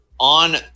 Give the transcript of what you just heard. On